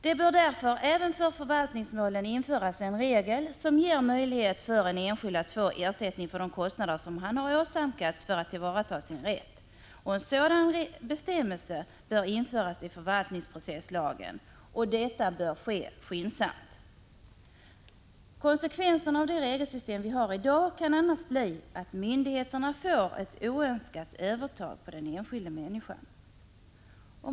Det bör även för förvaltningsmålen införas en regel som ger möjlighet för en enskild att få ersättning för de kostnader som han har åsamkats för att tillvarata sin rätt. En sådan bestämmelse bör införas i förvaltningsprocesslagen — och det skyndsamt. Konsekvenserna av det regelsystem vi i dag har kan annars bli att myndigheterna får ett oönskat övertag över den enskilda människan.